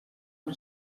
una